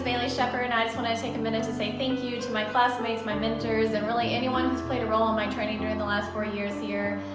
bailey shepherd. and i just wanna take a minute to say thank you to my classmates, my mentors, and really anyone who's played a role in my training during the last four years here.